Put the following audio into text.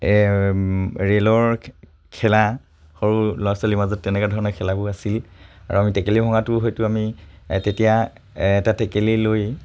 ৰে'লৰ খেলা সৰু ল'ৰা ছোৱালীৰ মাজত তেনেকুৱা ধৰণৰ খেলাবোৰ আছিল আৰু আমি টেকেলি ভঙাটো হয়তো আমি তেতিয়া এটা টেকেলি লৈ